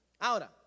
Ahora